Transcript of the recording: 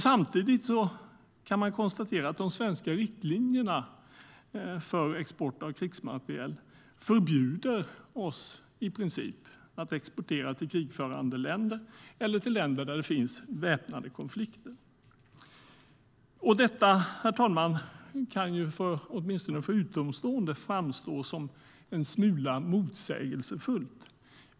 Samtidigt kan man konstatera att de svenska riktlinjerna för export av krigsmateriel i princip förbjuder oss att exportera till krigförande länder eller till länder där det finns väpnade konflikter. Herr talman! Detta kan åtminstone för utomstående framstå som en smula motsägelsefullt.